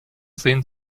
sehen